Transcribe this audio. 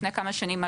לפני כמה שנים,